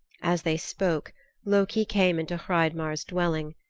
as they spoke loki came into hreidmar's dwelling.